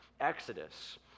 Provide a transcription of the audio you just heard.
Exodus